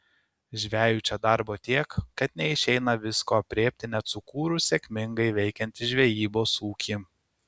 žvejui čia darbo tiek kad neišeina visko aprėpti net sukūrus sėkmingai veikiantį žvejybos ūkį